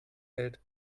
hält